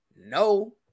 no